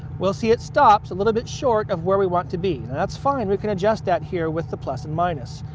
we'll see it stops a little bit short of where we want it to be. that's fine. we can adjust that here with the plus and minus,